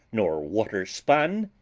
nor water spun,